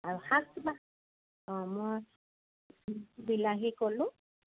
আৰু শাক কিমা অঁ মই বিলাহী ক'লোঁ